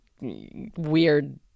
weird